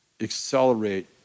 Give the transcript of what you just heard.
accelerate